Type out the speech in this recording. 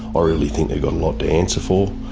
ah really think they've got a lot to answer for.